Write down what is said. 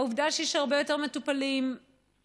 העובדה שיש הרבה יותר מטופלים פלסטינים,